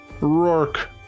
Rourke